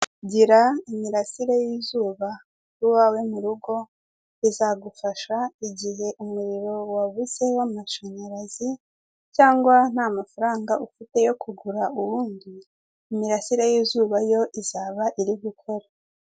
Gira imirasire y'izuba iwawe mu rugo bizadufasha igihe umuriro wabuze w'amashanyarazi, cyangwa nta mafaranga ufite yo kugura ubundi imirasire y'izuba yo izaba iri kugukora.